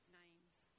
name's